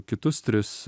kitus tris